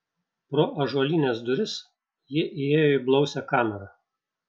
pro ąžuolines duris jie įėjo į blausią kamerą